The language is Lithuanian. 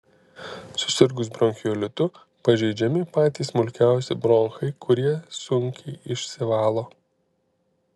susirgus bronchiolitu pažeidžiami patys smulkiausi bronchai kurie sunkiai išsivalo